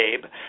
babe